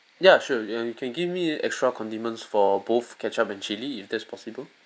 ya sure err you can give me extra condiments for both ketchup and chili if that's possible